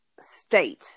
state